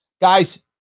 guys